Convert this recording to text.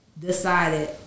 decided